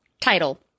title